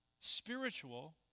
Spiritual